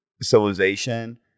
civilization